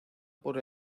por